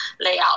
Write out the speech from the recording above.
layout